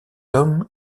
hommes